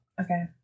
Okay